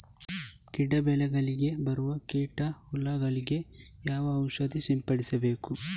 ಗಿಡ, ಬೆಳೆಗಳಿಗೆ ಬರುವ ಕೀಟ, ಹುಳಗಳಿಗೆ ಯಾವ ಔಷಧ ಸಿಂಪಡಿಸಬೇಕು?